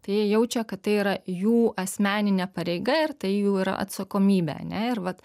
tai jie jaučia kad tai yra jų asmeninė pareiga ir tai jų yra atsakomybė ane ir vat